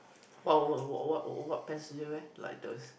what what what what what pants do you wear like those